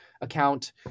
account